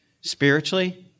Spiritually